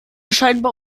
scheinbar